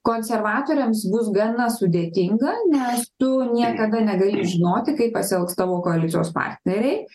konservatoriams bus gana sudėtinga nes tu niekada negali žinoti kaip pasielgs tavo koalicijos partneriai